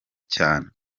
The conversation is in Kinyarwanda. cyane